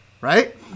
right